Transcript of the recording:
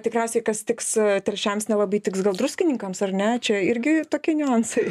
tikriausiai kas tiks telšiams nelabai tiks gal druskininkams ar ne čia irgi tokie niuansai